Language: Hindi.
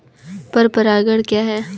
पर परागण क्या है?